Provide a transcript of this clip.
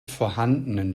vorhandenen